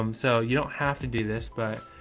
um so you don't have to do this, but